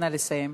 נא לסיים.